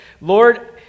Lord